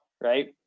right